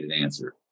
answer